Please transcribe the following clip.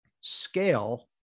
scale